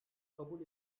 kabul